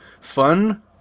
fun